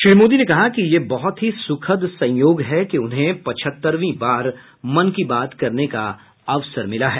श्री मोदी ने कहा कि यह बहुत ही सुखद संयोग है कि उन्हें पचहत्तरवीं बार मन की बात करने का अवसर मिला है